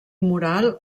moral